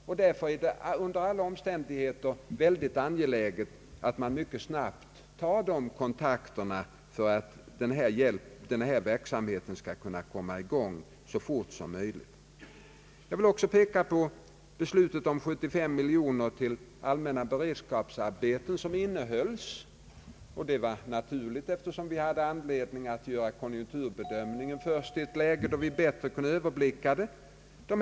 Det är därför under alla omständigheter högst angeläget att man mycket snabbt tar dessa kontakter för att verksamheten skall kunna komma i gång så fort som möjligt. Jag vill också peka på beslutet om 73 miljoner kronor till allmänna beredskapsarbeten. Det innehölls, vilket var naturligt, eftersom vi hade anledning att göra konjunkturbedömningen först i ett läge då vi bättre kunde överblicka situationen.